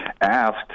asked